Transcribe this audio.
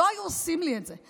לא היו עושים לי את זה.